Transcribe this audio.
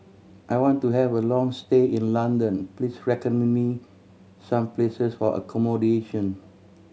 I want to have a long stay in London Please recommend me some places for accommodation